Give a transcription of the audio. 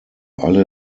alle